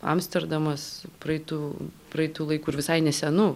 amsterdamas praeitų praeitų laikų ir visai nesenų